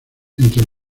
entre